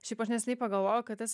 šiaip aš neseniai pagalvojau kad tas